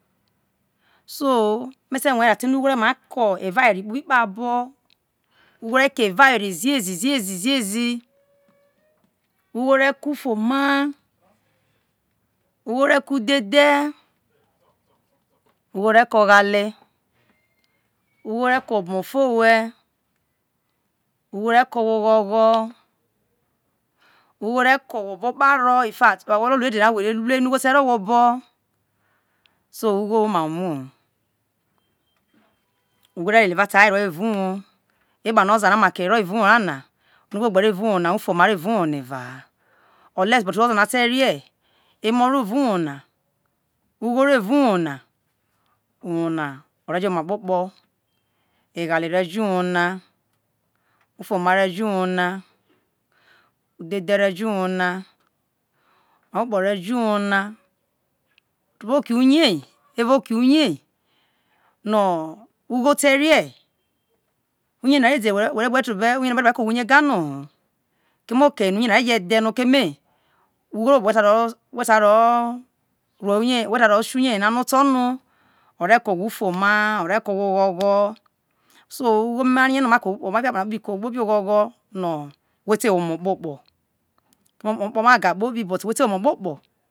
so me te rue no ugho ore ma ke evawere kpobi ugho re ke evawere ziezi ziezi ziezi ugho re ko ufuoma ugho re ko udhedhe ugho re ko oghale, ugho re ke omafowe ughore oghogho ugho re ko we obo kparo infact oware no we gwolo lu dede ha we re ruei no ugho te ro owhe obo so ugho woma bo umoho ugho relie evawere owhe evao uwo epano oza make ro na ugho gbe ro eva uwo na ha ufuoma ro evao uwona evaha ohless but oza na te rie emo ro eva uwo na ugho ro eva uwo na uwo na ore jo oma kpo kpo eghale re jo uwo na ufuoma re jo uwo na udhedhe re jo uwo na omakpokpo re jo uwo na tu bo oke uye tu bo oke uye no ugho te rie uye na tu be ko we uye ganoho keme okeye na uye retu be dhe no keme ugho ro wo bo no wo ta ro si tho uye yena no to no ore ko whe ufuoma ore ko whe oghogho so ugho marie no oma jo akpu na kpobi ke owho kpobi oghogho no wo te wo omakpokpo omakpokpo ma ga kpobi bu we te wo ma kpokpo